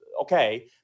okay